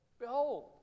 Behold